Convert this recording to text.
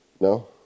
No